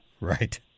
right